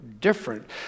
different